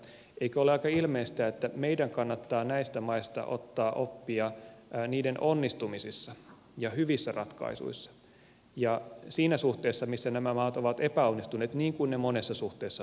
eikö ole aika ilmeistä että meidän kannattaa näistä maista ottaa oppia niiden onnistumisissa ja hyvissä ratkaisuissa ja siinä suhteessa missä nämä maat ovat epäonnistuneet niin kuin ne monessa suhteessa ovat